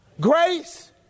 Grace